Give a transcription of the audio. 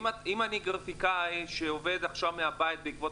אני גרפיקאי שעובד עכשיו מהבית בעקבות